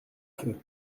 feu